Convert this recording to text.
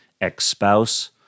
ex-spouse